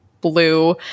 blue